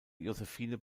josephine